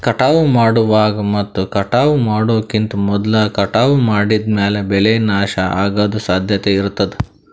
ಕಟಾವ್ ಮಾಡುವಾಗ್ ಮತ್ ಕಟಾವ್ ಮಾಡೋಕಿಂತ್ ಮೊದ್ಲ ಕಟಾವ್ ಮಾಡಿದ್ಮ್ಯಾಲ್ ಬೆಳೆ ನಾಶ ಅಗದ್ ಸಾಧ್ಯತೆ ಇರತಾದ್